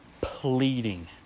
pleading